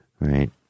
Right